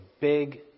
big